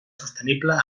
sostenible